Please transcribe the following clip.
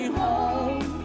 home